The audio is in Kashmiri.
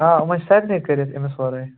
آ یِمن چھُ سارنٕے کٔرِتھ أمِس وَراے